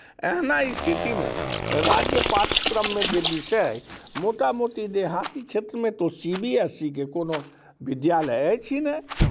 एहना स्थितिमे राज्य पाठ्यक्रममे जे विषय अइ मोटा मोटी देहाती क्षेत्रमे तऽ सी बी एस इ के कोनो विद्यालय अइ नहि